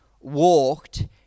walked